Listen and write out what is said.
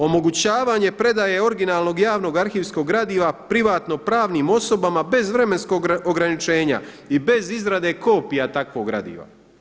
Omogućavanje predaje originalnog javnog arhivskog gradiva privatno pravnim osobama bez vremenskog ograničenja i bez izrade kopija takvog gradiva.